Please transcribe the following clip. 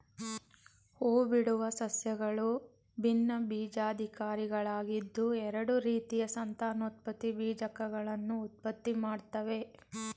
ಹೂಬಿಡುವ ಸಸ್ಯಗಳು ಭಿನ್ನಬೀಜಕಧಾರಿಗಳಾಗಿದ್ದು ಎರಡು ರೀತಿಯ ಸಂತಾನೋತ್ಪತ್ತಿ ಬೀಜಕಗಳನ್ನು ಉತ್ಪತ್ತಿಮಾಡ್ತವೆ